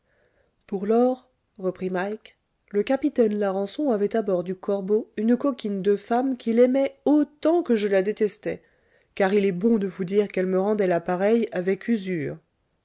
pour lors reprit mike le capitaine larençon avait à bord du corbeau une coquine de femme qu'il aimait autant que je la détestais car il est bon de vous dire qu'elle me rendait la pareille avec usure